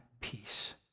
peace